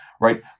right